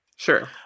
Sure